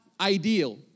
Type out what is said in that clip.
ideal